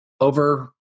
over